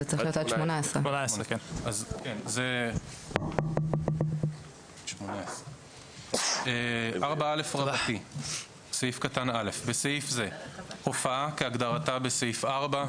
זה צריך להיות עד גיל 18. "הופעה" כהגדרתה בסעיף 4,